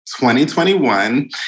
2021